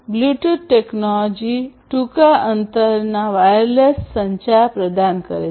Bluetooth technology ટૂંકા અંતરમાં wireless સંચાર પ્રદાન કરે છે